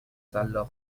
سلاخ